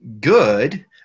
good